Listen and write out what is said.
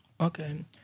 Okay